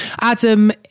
Adam